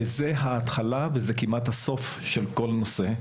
וזה ההתחלה, וזה כמעט הסוף של כל נושא.